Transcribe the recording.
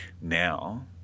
now